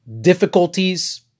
difficulties